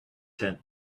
tent